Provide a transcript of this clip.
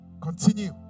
continue